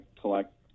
collect